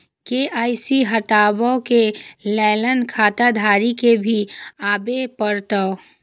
KYC हटाबै के लैल खाता धारी के भी आबे परतै?